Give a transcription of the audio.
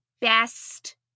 best